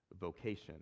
Vocation